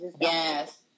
Yes